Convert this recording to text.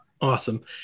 Awesome